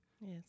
Yes